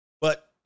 But-